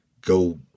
go